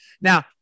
Now